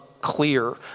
clear